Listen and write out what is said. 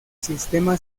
sistema